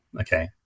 okay